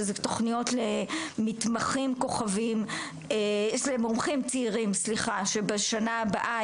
שזה תוכניות למומחים צעירים שבשנה הבאה